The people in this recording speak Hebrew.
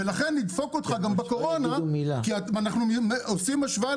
ולכן נדפוק אותך גם בקורונה כי אנחנו עושים השוואה